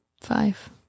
five